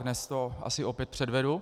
Dnes to asi opět předvedu.